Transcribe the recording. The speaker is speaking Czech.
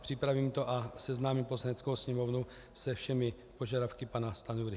Připravím to a seznámím Poslaneckou sněmovnu se všemi požadavky pana Stanjury.